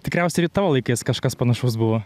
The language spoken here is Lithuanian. tikriausiai ir tavo laikais kažkas panašaus buvo